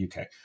UK